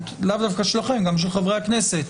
גם של מכוני מחקר,